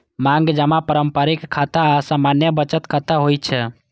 मांग जमा पारंपरिक खाता आ सामान्य बचत खाता होइ छै